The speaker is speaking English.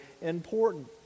important